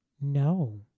No